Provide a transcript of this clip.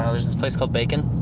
um there's this place called bacon.